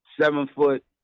seven-foot